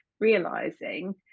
realizing